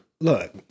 look